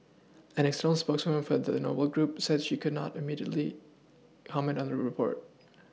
an external spokeswoman for the Noble group said she could not immediately comment on the report